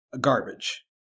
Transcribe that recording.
garbage